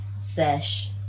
sesh